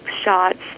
shots